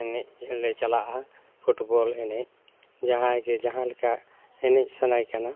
ᱮᱱᱮᱡ ᱞᱮ ᱪᱟᱞᱟᱜᱼᱟ ᱯᱷᱩᱴᱵᱚᱞ ᱮᱱᱮᱡ ᱡᱟᱦᱟᱭ ᱜᱮ ᱡᱟᱦᱟ ᱞᱮᱠᱟ ᱮᱱᱮᱡ ᱥᱟᱱᱟᱭᱮ ᱠᱟᱱᱟ